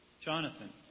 Jonathan